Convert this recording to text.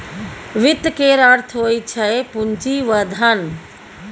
वित्त केर अर्थ होइ छै पुंजी वा धन